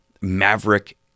maverick